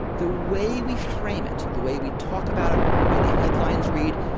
the way we frame it, the way we talk about it the way the headlines read,